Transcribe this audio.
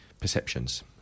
perceptions